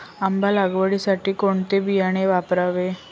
आंबा लागवडीसाठी कोणते बियाणे वापरावे?